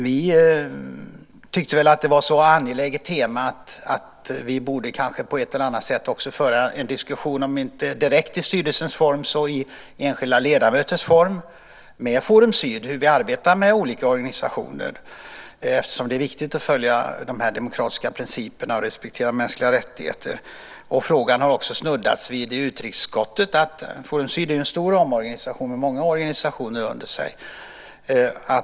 Vi tyckte att det var ett så angeläget tema att vi kanske på ett eller annat sätt också borde föra en diskussion om inte direkt i styrelsen så med enskilda ledamöter med Forum Syd om hur vi arbetar med olika organisationer, eftersom det är viktigt att följa dessa demokratiska principer och respektera mänskliga rättigheter. Man har också snuddat vid frågan i utrikesutskottet. Forum Syd är ju en stor organisation med många organisationer under sig.